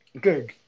good